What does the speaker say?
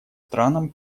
странам